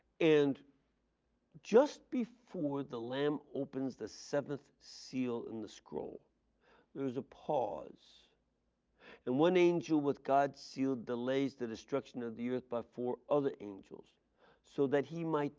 and just before the lamb opens the seventh seal of and the scroll there is a pause and one angel with god's seal delays the destruction of the earth by four other angels so that he might